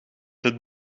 het